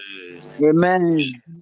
Amen